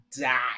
die